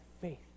faith